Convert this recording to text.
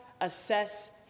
assess